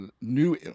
new